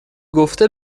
گفته